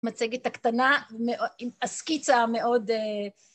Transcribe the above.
מצגת הקטנה עם הסקיצה המאוד..